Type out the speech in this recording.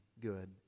good